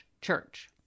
church